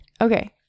Okay